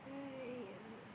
!aiyah!